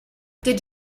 did